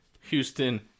Houston